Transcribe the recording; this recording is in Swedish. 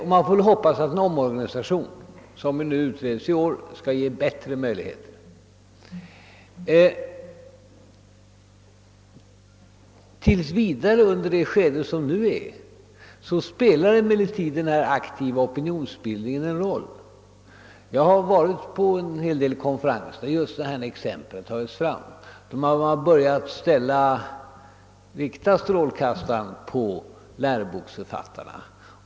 Man får väl hoppas att den omorganisation som utreds i år skall ge bättre möjligheter härvidlag. Tills vidare, under nuvarande skede, spelar emellertid den aktiva opinionsbildningen en roll. Jag har deltagit i en hel del konferenser, där just sådana exempel som här anförts tagits fram och där man just börjat rikta strålkastarna på läroboksförfattarna.